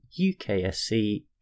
UKSC